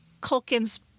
Culkin's